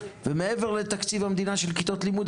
ומעבר לתקציב המדינה של כיתות לימוד,